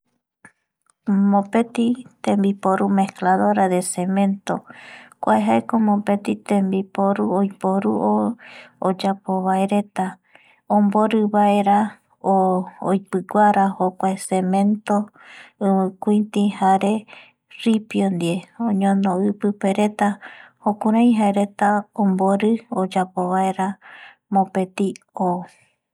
Moopeti tembiporu ,escladora de cemento. Kua jaeko mopeti tembiporu oiporu o oyapo vaereta ombori vaera oipiguara jokuae cemento ivikiuti jare ripio ndie oñono i pipe reta jukurai jaereta ombori oyapo vaera mopeti o